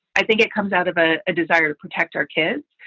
i think it comes out of a ah desire to protect our kids.